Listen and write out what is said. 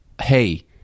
hey